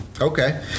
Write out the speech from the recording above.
Okay